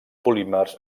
polímers